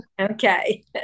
Okay